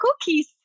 cookies